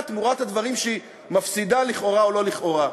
תמורת הדברים שהיא מפסידה לכאורה או לא לכאורה?